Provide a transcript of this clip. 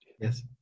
Yes